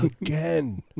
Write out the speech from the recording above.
again